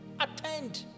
Attend